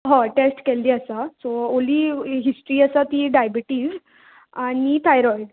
हय टॅस्ट केल्ली आसा सो ओनली हाजी हिस्ट्री आसा ती डायबिटीज आनी थायरॉयड